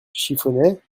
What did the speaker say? chiffonnet